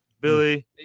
Billy